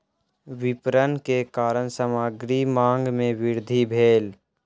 विपरण के कारण सामग्री मांग में वृद्धि भेल